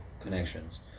connections